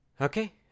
Okay